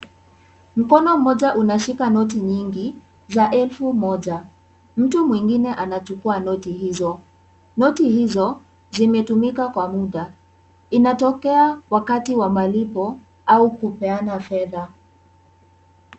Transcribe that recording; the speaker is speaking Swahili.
Mkono mmoja unashika noti nyingi za elfu moja. Mtu mwingine anachukua noti hizo. Noti hizo zimetumika kwa muda. Inatokea wakati wa malipo au kupeana fedha.